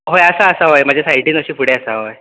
हय आसा आसा हय म्हाज्या सायटीन अशें फुडें आसा हय